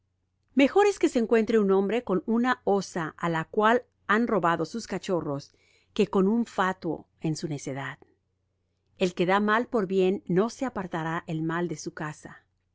mejor es se encuentre un hombre con una osa á la cual han robado sus cachorros que con un fatuo en su necedad el que da mal por bien no se apartará el mal de su casa